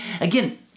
Again